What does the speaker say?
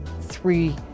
three